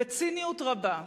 בציניות רבה,